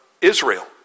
Israel